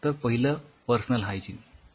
तर पहिलं personal hygiene